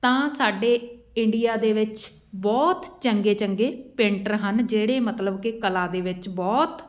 ਤਾਂ ਸਾਡੇ ਇੰਡੀਆ ਦੇ ਵਿੱਚ ਬਹੁਤ ਚੰਗੇ ਚੰਗੇ ਪੇਂਟਰ ਹਨ ਜਿਹੜੇ ਮਤਲਬ ਕਿ ਕਲਾ ਦੇ ਵਿੱਚ ਬਹੁਤ